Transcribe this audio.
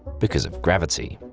because of gravity.